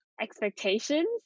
expectations